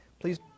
Please